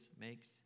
makes